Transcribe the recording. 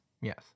Yes